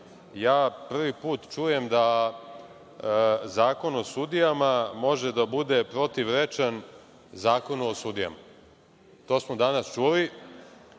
Prvi put čujem da Zakon o sudijama može da bude protivrečan Zakonu o sudijama. To smo danas